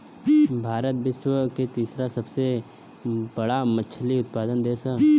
भारत विश्व के तीसरा सबसे बड़ मछली उत्पादक देश ह